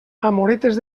amoretes